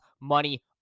money